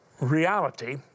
reality